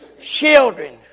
children